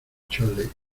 chole